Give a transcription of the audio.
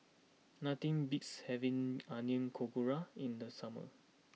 nothing beats having Onion Pakora in the summer